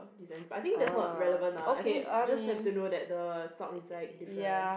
but I think that's not relevant lah I think just have to know that the sock inside different